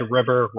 River